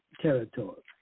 territory